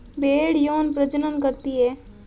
भेड़ यौन प्रजनन करती है